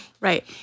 right